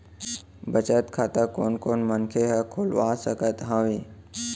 बचत खाता कोन कोन मनखे ह खोलवा सकत हवे?